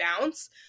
bounce